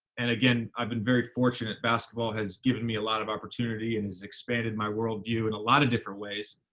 and again, i've been very fortunate basketball has given me a lot of opportunity and has expanded my worldview in and a lot of different ways,